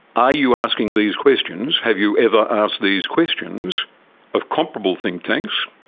are you asking these questions, have you ever asked these questions of comparable think tanks,